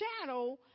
shadow